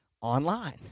online